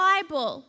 Bible